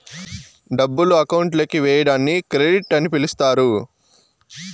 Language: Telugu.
డబ్బులు అకౌంట్ లోకి వేయడాన్ని క్రెడిట్ అని పిలుత్తారు